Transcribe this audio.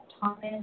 Thomas